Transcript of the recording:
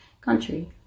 country